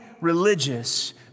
religious